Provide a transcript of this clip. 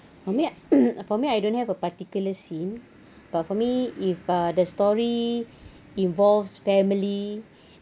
for me for me I don't have a particular scene but for me if uh the story involves family